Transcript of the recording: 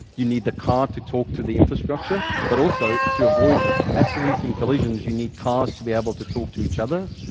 you need the car to talk to the infrastructure. but also, to avoid accidents and collisions you need cars to be able to talk to each other.